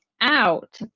out